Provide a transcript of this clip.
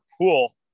pool